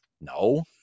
No